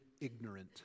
ignorant